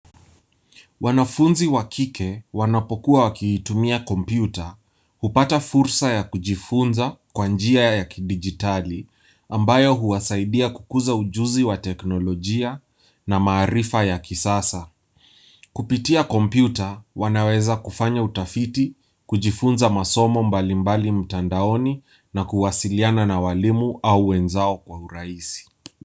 Wanafunzi wa kike wanapokuwa wanaitumia kompyuta hupata fursa ya kujifunza kwa njia ya kidijitali ambayo huwasaidia kukuza ujuzi wa teknolojia na maarifa ya kisasa. Kupitia kompyuta wanaweza kufanya utafiti, kujifunza masomo mbalimbali mtandaoni na kuwasiliana na walimu au wenzao kwa urahisi.